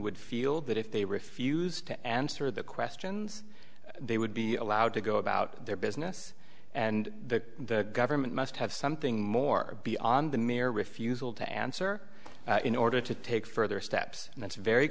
would feel that if they refused to answer the questions they would be allowed to go about their business and the government must have something more be on the mere refusal to answer in order to take further steps and it's very